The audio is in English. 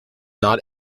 not